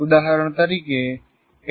ઉદાહરણ તરીકે એન